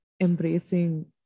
embracing